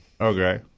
Okay